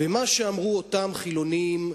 מה שאמרו אותם חילונים,